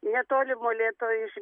netoli molėtų iš